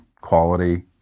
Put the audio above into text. quality